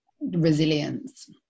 resilience